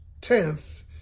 tenth